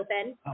open